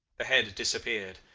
the head disappeared,